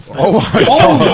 oh,